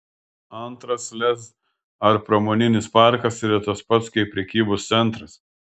antras lez ar pramoninis parkas yra tas pats kaip prekybos centras